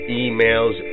emails